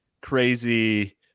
crazy